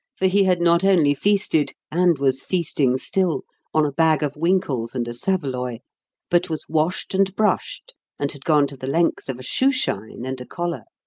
for he had not only feasted and was feasting still on a bag of winkles and a saveloy but was washed and brushed and had gone to the length of a shoe-shine and a collar.